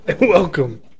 Welcome